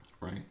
Right